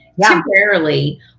temporarily